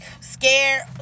Scared